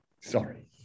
Sorry